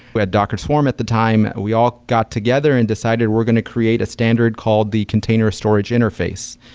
we had docker swarm at the time. we all got together and decided we're going to create a standard called the container storage interface.